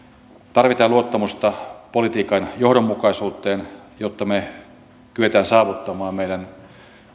tarvitaan luottamusta politiikan johdonmukaisuuteen jotta me kykenemme saavuttamaan meidän